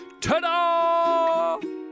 Ta-da